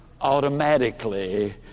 automatically